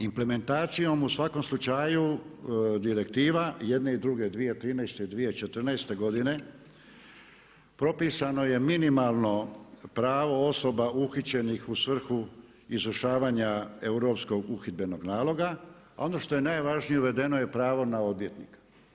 Implementacijom u svakom slučaju direktiva, jedne i druge, 2013. i 2014. godine, propisano je minimalno pravo osoba uhićenih u svrhu izvršavanja Europskog uhidbenog naloga, a ono što je najvažnije, uvedeno je pravo na odvjetnika.